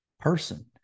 person